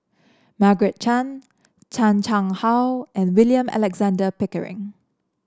Margaret Chan Chan Chang How and William Alexander Pickering